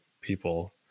people